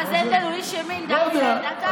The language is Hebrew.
יועז הנדל הוא איש ימין, דוד, ידעת?